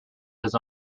his